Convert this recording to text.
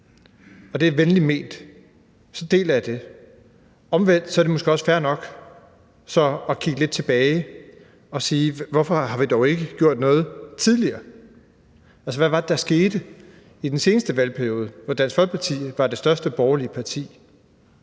og det er venligt ment. Omvendt er det måske også fair nok at kigge lidt tilbage og spørge: Hvorfor har vi dog ikke gjort noget tidligere? Altså, hvad var det, der skete i den seneste valgperiode, hvor Dansk Folkeparti var det største borgerlige parti,